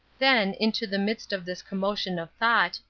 then, into the midst of this commotion of thought,